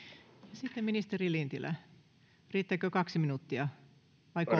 sitten ministeri lintilä riittääkö kaksi minuuttia vai